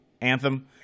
anthem